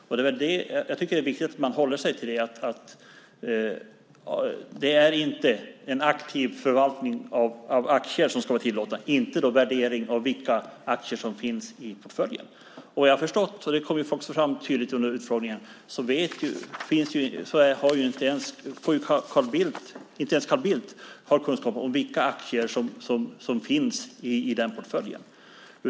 Jag tycker att det är viktigt att man håller sig till att det är en aktiv förvaltning av aktier som inte ska vara tillåten - inte en värdering av vilka aktier som finns i portföljen. Jag har förstått - och det kom också fram tydligt under utfrågningen - att inte ens Carl Bildt har kunskap om vilka aktier som finns i portföljen.